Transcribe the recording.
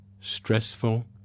stressful